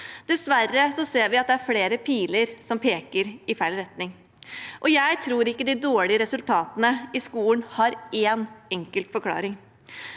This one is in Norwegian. Dessverre ser vi at det er flere piler som peker i feil retning. Jeg tror ikke de dårlige resultatene i skolen har en enkel forklaring.